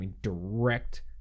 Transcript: direct